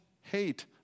hate